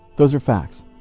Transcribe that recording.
those are facts.